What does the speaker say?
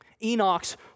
Enoch's